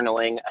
journaling